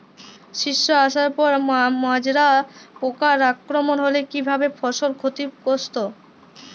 শীষ আসার পর মাজরা পোকার আক্রমণ হলে কী ভাবে ফসল ক্ষতিগ্রস্ত?